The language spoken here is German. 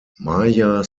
maya